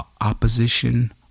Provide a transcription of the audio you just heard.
opposition